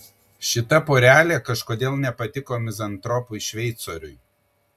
šita porelė kažkodėl nepatiko mizantropui šveicoriui